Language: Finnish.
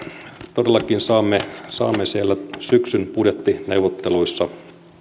todellakin saamme saamme siellä syksyn budjettineuvotteluissa